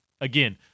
Again